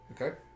Okay